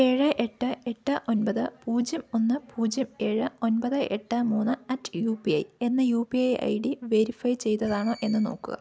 ഏഴ് എട്ട് എട്ട് ഒൻപത് പൂജ്യം ഒന്ന് പൂജ്യം ഏഴ് ഒൻപത് എട്ട് മൂന്ന് അറ്റ് യു പി ഐ എന്ന U P I I D verify ചെയ്തതാണോ എന്ന് നോക്കുക